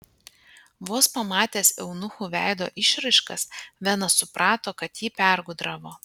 vos pamatęs eunuchų veido išraiškas venas suprato kad jį pergudravo